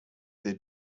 they